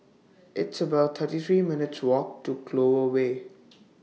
It's about thirty three minutes' Walk to Clover Way